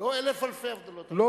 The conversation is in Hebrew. לא אלף אלפי הבדלות, אבל להבדיל.